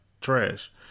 trash